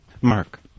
Mark